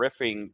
riffing